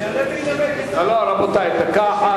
שיעלה וינמק, לא לא, רבותי, דקה אחת.